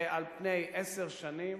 על פני עשר שנים,